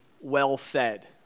well-fed